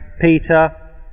Peter